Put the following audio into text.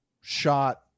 shot